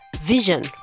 Vision